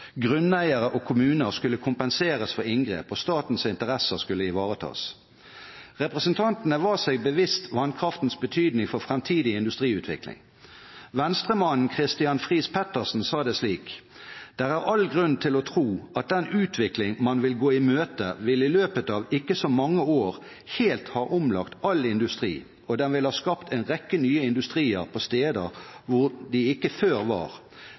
Grunneiere og kommuner skulle kompenseres for inngrep, og statens interesser skulle ivaretas. Representantene var seg bevisst vannkraftens betydning for framtidig industriutvikling. Venstre-mannen Kristian Friis Petersen sa det slik: «... der er al grund til at tro, at den udvikling, man i saa henseende gaar imøde, vil i løbet af ikke saa mange aar helt have omlagt al industri, og den vil have skabt en række industrier paa steder, hvor de ikke før var;